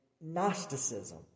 Gnosticism